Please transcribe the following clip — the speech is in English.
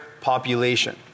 population